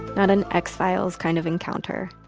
not an x-files kind of encounter.